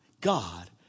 God